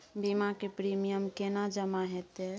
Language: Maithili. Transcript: बीमा के प्रीमियम केना जमा हेते?